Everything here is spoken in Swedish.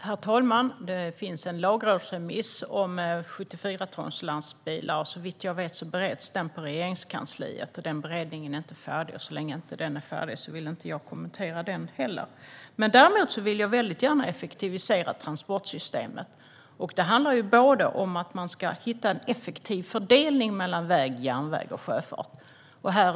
Herr talman! Det finns en lagrådsremiss om upp till 74 ton tunga lastbilar, och såvitt jag vet bereds den i Regeringskansliet. Den beredningen är dock inte färdig, och så länge den inte är färdig vill jag inte kommentera den heller. Däremot vill jag väldigt gärna effektivisera transportsystemet. Det handlar om att man ska hitta en effektiv fördelning mellan väg, järnväg och sjöfart.